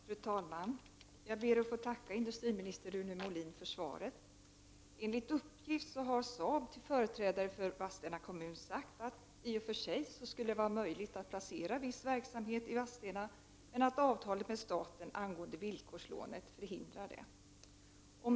Fru talman! Jag ber att få tacka industriminister Rune Molin för svaret. Enligt uppgift har Saabs representanter till företrädare för Vadstena kommun sagt att det i och för sig skulle vara möjligt att placera viss verksamhet i Vadstena, men avtalet med staten angående villkorslånet förhindrar det.